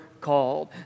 called